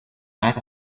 night